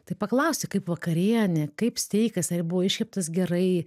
tai paklausi kaip vakarienė kaip steikas ar buvo iškeptas gerai